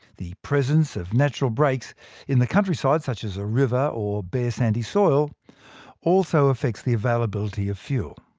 the presence of natural breaks in the countryside such as a river, or bare sandy soil also affects the availability of fuel.